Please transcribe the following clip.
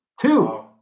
two